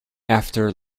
after